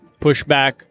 pushback